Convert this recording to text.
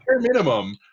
minimum